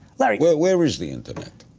like well, where is the internet?